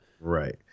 Right